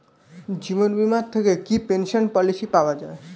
জীবন বীমা থেকে কি পেনশন পলিসি পাওয়া যায়?